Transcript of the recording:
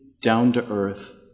down-to-earth